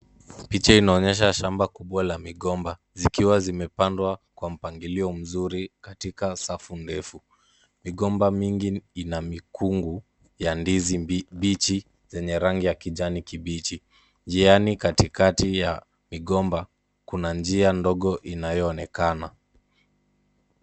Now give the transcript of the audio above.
Picha inaonyesha shamba kubwa la migomba, zikiwa zimepandwa kwa mpangilio mzuri katika safu ndefu. Migomba mingi ina mikungu ya ndizi mbichi zenye rangi ya kijani kibichi. Njiani katikati ya migomba, kuna njia ndogo inayoonekana.